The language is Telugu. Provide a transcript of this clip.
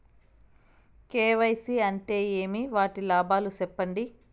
కె.వై.సి అంటే ఏమి? వాటి లాభాలు సెప్పండి?